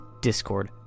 discord